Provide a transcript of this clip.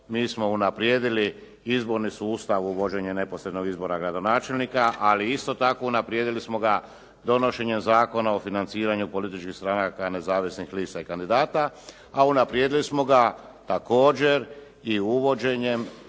Mi smo unaprijedili izborni sustav u vođenje neposrednog izbora gradonačelnika, ali isto tako unaprijedili smo ga donošenjem Zakona o financiranju političkih stranaka nezavisnih lista i kandidata, a unaprijedili smo ga također i uvođenjem